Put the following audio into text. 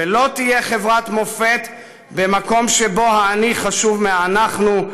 ולא תהיה חברת מופת במקום שבו ה"אני" חשוב מה"אנחנו",